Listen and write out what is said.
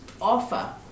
offer